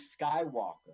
Skywalker